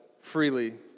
freely